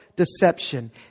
deception